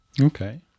Okay